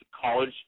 college